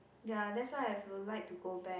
ya that's why I would like to go back